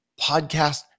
podcast